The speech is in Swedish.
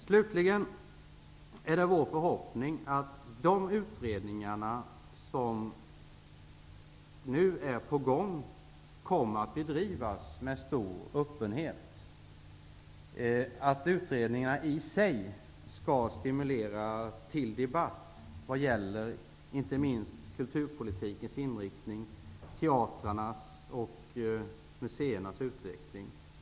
Slutligen är det vår förhoppning att de utredningar som nu är på gång kommer att bedrivas med stor öppenhet och att utredningarna i sig skall stimulera till debatt vad gäller inte minst kulturpolitikens inriktning samt teatrarnas och museernas utveckling.